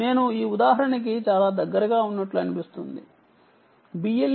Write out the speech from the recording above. నేను ఈ ఉదాహరణకి చాలా దగ్గరగా ఉన్నట్లుగా అనిపించే ఒక దానిని తీసుకున్నాను